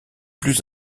plus